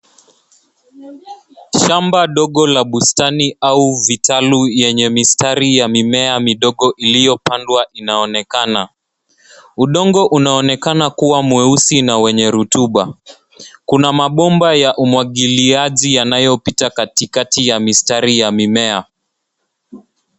Shamba dogo la bustani au vitalu vyenye mistari ya mimea midogo iliyopandwa inaonekana. Udongo unaonekana kuwa mweusi na wenye rutuba. Kuna mabomba inayopita katikati ya mistari ya mimea.